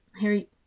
Harry